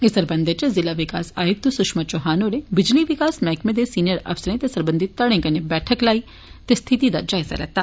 इस सरबंधै इच ज़िला विकास आयुक्त सुषमा चौहान होरें बिजली विकास मैह्कमां दे सिनियर अफसरें ते सरबंधित घड़ें कन्नै बैठक लाई ते स्थिति दा जायजा लैता